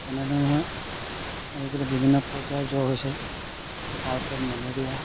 তেনেদৰে আজিকালি বিভিন্ন পৰ্যায়ৰ জ্বৰ হৈছে টাইফইড মেলেৰিয়া